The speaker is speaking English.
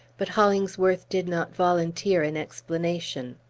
but hollingsworth did not volunteer an explanation.